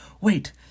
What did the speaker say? Wait